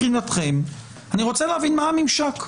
אני רוצה להבין מה הממשק.